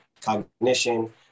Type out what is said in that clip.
cognition